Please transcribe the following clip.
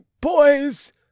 boys